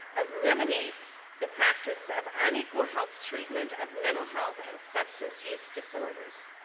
eliminates the practiced of unequal health treatment of mental health and substance use disorders.